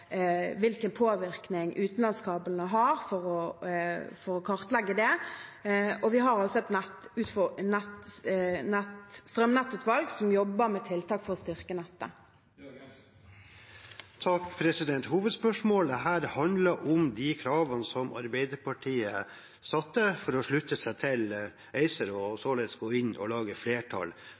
hvilken påvirkning utenlandskablene har, for å kartlegge det. Videre har vi et strømnettutvalg som jobber med tiltak for å styrke nettet. Hovedspørsmålet her handler om de kravene Arbeiderpartiet satte for å slutte seg til ACER og således gå inn og lage flertall